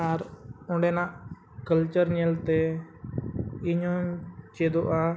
ᱟᱨ ᱚᱸᱰᱮᱱᱟᱜ ᱧᱮᱞᱛᱮ ᱤᱧ ᱦᱚᱧ ᱪᱮᱫᱚᱜᱼᱟ